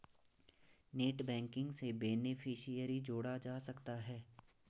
net banking से beneficiary जोड़ा जा सकता है